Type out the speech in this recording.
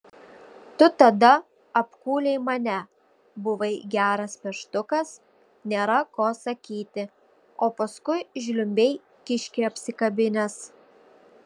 tu tada apkūlei mane buvai geras peštukas nėra ko sakyti o paskui žliumbei kiškį apsikabinęs